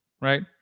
right